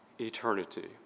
eternity